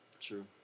true